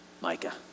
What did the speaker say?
Micah